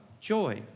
joy